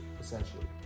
essentially